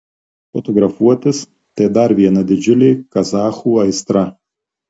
fotografuotis tai dar viena didžiulė kazachų aistra